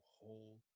whole